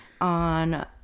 on